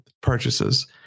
purchases